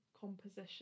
composition